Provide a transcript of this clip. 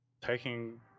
taking